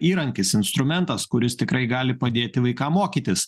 įrankis instrumentas kuris tikrai gali padėti vaikam mokytis